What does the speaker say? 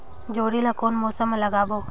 जोणी ला कोन मौसम मा लगाबो?